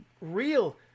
real